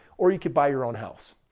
or you could buy your own house.